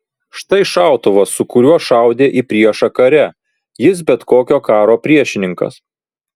štai šautuvas su kuriuo šaudė į priešą kare jis bet kokio karo priešininkas